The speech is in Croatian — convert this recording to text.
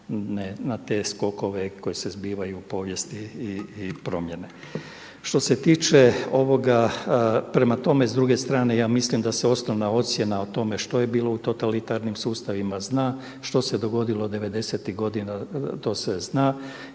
na te skokove koji se zbivaju u povijesti i promjene. Što se tiče ovoga, prema tome s druge strane ja mislim da se osnovna ocjena o tome što je bilo u totalitarnim sustavima zna što se dogodilo devedesetih godina to se zna.